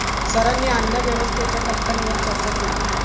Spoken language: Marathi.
सरांनी अन्नव्यवस्थेच्या टप्प्यांवर चर्चा केली